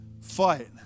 fight